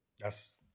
Yes